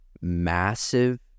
massive